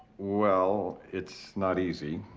well, it's not easy.